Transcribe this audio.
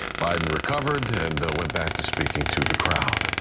biden recovered and went back to speaking to the crowd.